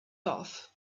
off